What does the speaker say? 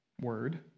Word